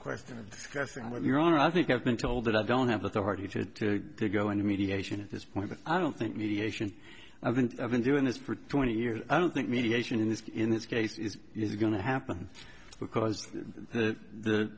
question of discussing what you're on i think i've been told that i don't have authority to go into mediation at this point but i don't think mediation i think i've been doing this for twenty years i don't think mediation in this in this case is going to happen because the t